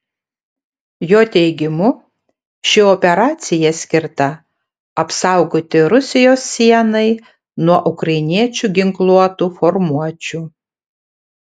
jo teigimu ši operacija skirta apsaugoti rusijos sienai nuo ukrainiečių ginkluotų formuočių